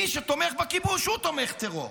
מי שתומך בכיבוש הוא תומך טרור.